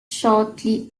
shortly